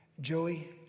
Joey